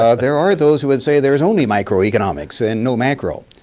ah there are those who would say there's only microeconomics and no macro.